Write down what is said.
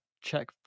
check